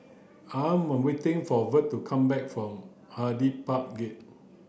I am waiting for Verl to come back from Hyde Park Gate